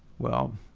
well,